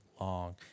long